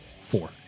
four